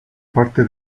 parte